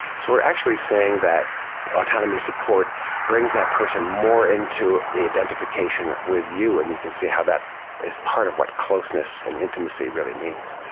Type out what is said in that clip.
so we are actually saying that autonomy support brings that person more into the identification with you and you can see how that is part of what closeness and intimacy really means.